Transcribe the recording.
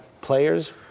players